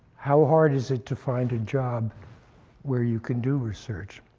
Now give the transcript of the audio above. how hard is it to find a job where you can do research?